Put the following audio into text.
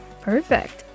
perfect